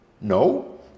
No